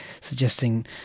suggesting